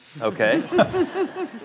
Okay